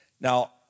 Now